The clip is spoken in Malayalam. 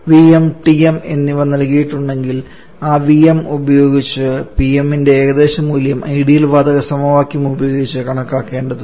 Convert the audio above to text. Vm Tm എന്നിവ നൽകിയിട്ടുണ്ടെങ്കിൽ ആ Vm ഉപയോഗിച്ച് Pm ന്റെ ഏകദേശ മൂല്യം ഐഡിയൽ വാതക സമവാക്യം ഉപയോഗിച്ച് കണക്കാക്കേണ്ടതുണ്ട്